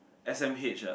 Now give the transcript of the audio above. s_m_h ah